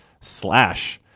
slash